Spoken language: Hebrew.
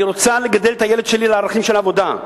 אני רוצה לגדל את הילד שלי לערכים של עבודה,